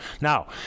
Now